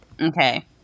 Okay